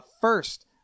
First